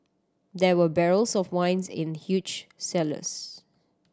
there were barrels of wines in huge cellars